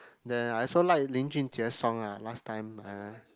then I also like 林俊杰:Lin-Jun-Jie song ah last time um